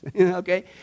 Okay